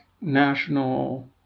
national